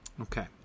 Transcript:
Okay